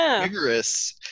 vigorous